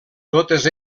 totes